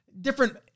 different